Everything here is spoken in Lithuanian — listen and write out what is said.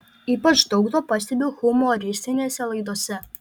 ypač daug to pastebiu humoristinėse laidose